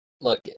look